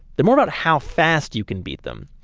they're more about how fast you can beat them.